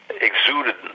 exuded